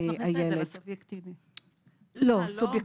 כאשר